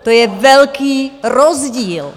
To je velký rozdíl.